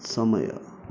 ಸಮಯ